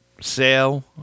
sale